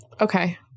Okay